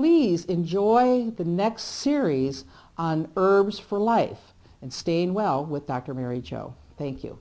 we've enjoyed the next series on herbs for life and stay well with dr mary jo thank you